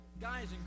guys